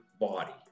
body